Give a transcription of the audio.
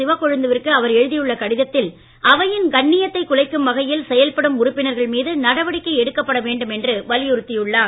சிவக்கொழுந்து விற்கு அவர் எழுதியுள்ள அவையின் கண்ணியத்தைக் குலைக்கும் வகையில் கடிதத்தில் செயல்படும் உறுப்பினர்கள் மீது நடவடிக்கை எடுக்கப்பட வேண்டும் என்று வலியுறுத்தியுள்ளார்